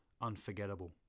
unforgettable